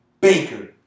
Baker